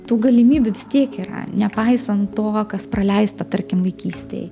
tų galimybių vis tiek yra nepaisant to kas praleista tarkim vaikystėj